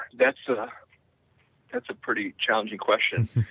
that's but that's a pretty challenging question.